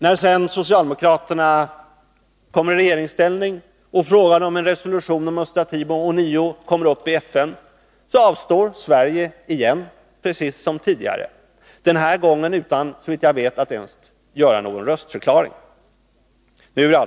När socialdemokraterna sedan kom i regeringsställning och frågan om en resolution om Östra Timor ånyo kom upp, avstod Sverige från att ta ställning för en sådan, precis som tidigare. Denna gång skedde det, såvitt jag vet, utan att man gjorde någon röstförklaring.